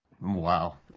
Wow